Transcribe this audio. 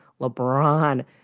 LeBron